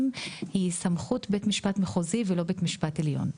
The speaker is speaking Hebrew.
היא סמכות בית משפט מחוזי ולא בית משפט עליון.